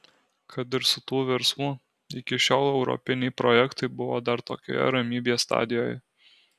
kad ir su tuo verslu iki šiol europiniai projektai buvo dar tokioje ramybės stadijoje